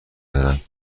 دارم